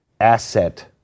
asset